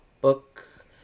book